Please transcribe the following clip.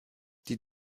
die